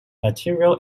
material